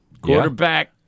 Quarterback